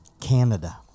Canada